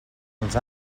els